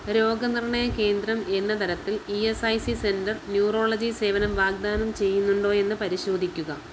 രോഗനിർണ്ണയ കേന്ദ്രം എന്ന തരത്തിൽ E S I C centre neurology സേവനം വാഗ്ദാനം ചെയ്യുന്നുണ്ടോ എന്ന് പരിശോധിക്കുക